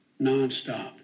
Nonstop